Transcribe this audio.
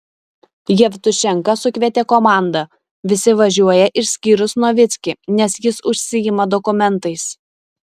jevtušenka sukvietė komandą visi važiuoja išskyrus novickį nes jis užsiima dokumentais